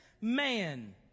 man